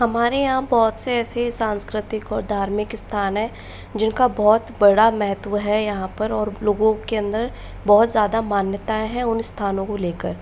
हमारे यहाँ बहुत से ऐसे सांस्कृतिक और धार्मिक स्थान है जिनका बहुत बड़ा महत्व है यहाँ पर और लोगों के अंदर बहुत ज़्यादा मान्यतायें है उन स्थानों को लेकर